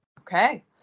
Okay